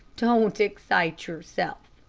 don't excite yourself,